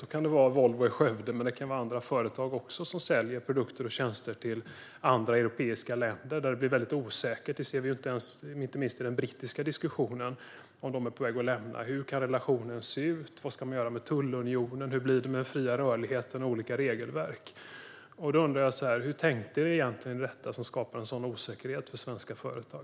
Det kan vara hos Volvo i Skövde men också hos andra företag som säljer produkter och tjänster till andra europeiska länder som det blir osäkerhet. Det ser vi inte minst i den brittiska diskussionen. Hur kan relationen se ut om de lämnar EU? Vad ska man göra med tullunionen? Hur blir det med den fria rörligheten och olika regelverk? Jag undrar: Hur tänker ni egentligen i detta, som skapar sådan osäkerhet för svenska företag?